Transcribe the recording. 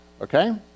okay